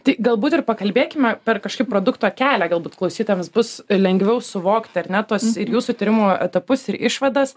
tai galbūt ir pakalbėkime per kažkaip produkto kelią galbūt klausytojams bus lengviau suvokti ar ne tos ir jūsų tyrimo etapus ir išvadas